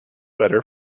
better